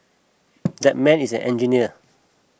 that man is an engineer